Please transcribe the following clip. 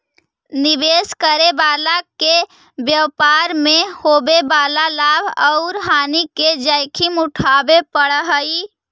निवेश करे वाला के व्यापार मैं होवे वाला लाभ औउर हानि के जोखिम उठावे पड़ऽ हई